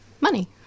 money